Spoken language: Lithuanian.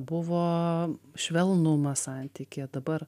buvo švelnumas santykyje dabar